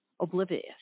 oblivious